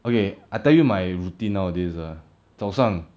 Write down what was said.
okay I tell you my routine nowadays ah 早上